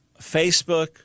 Facebook